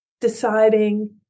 deciding